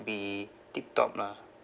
be tip-top lah